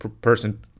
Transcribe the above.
person